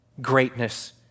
greatness